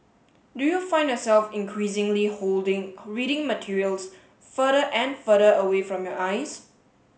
do you find yourself increasingly holding reading materials further and further away from your eyes